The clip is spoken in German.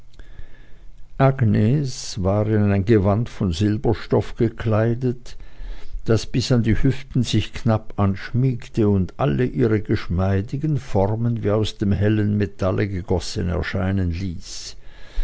war in ein gewand von silberstoff gekleidet das bis an die hüften sich knapp anschmiegte und alle ihre geschmeidigen formen wie aus dem hellen metalle gegossen erscheinen ließ